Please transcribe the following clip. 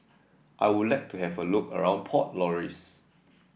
I would like to have a look around Port Louis